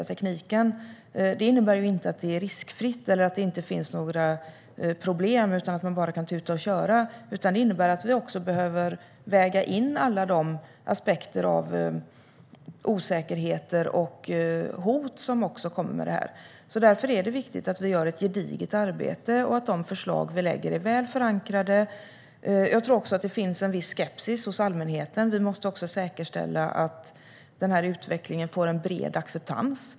Det innebär inte att det är riskfritt eller att det inte finns några problem, så att man bara kan tuta och köra. Vi behöver också väga in alla de aspekter av osäkerheter och hot som följer med. Därför är det viktigt att vi gör ett gediget arbete och att de förslag vi lägger fram är väl förankrade. Jag tror också att det finns en viss skepsis hos allmänheten. Vi måste säkerställa att den här utvecklingen får en bred acceptans.